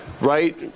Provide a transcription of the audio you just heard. right